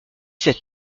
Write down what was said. sept